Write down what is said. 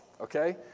Okay